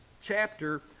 chapter